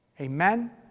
Amen